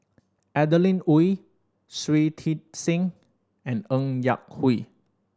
Adeline Ooi Shui Tit Sing and Ng Yak Whee